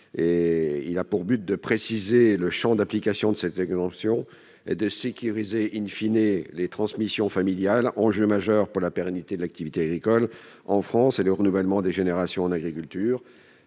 un décès. Afin de préciser le champ d'application de l'exemption et de sécuriser les transmissions familiales- enjeu majeur pour la pérennité de l'activité agricole en France et le renouvellement des générations en agriculture